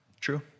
true